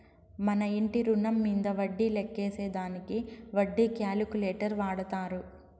మన ఇంటి రుణం మీంద వడ్డీ లెక్కేసే దానికి వడ్డీ క్యాలిక్యులేటర్ వాడతారు